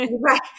Right